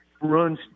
runs